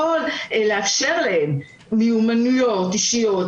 הזה לאפשר להם מיומנויות אישיות,